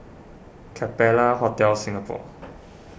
Capella Hotel Singapore